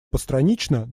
постранично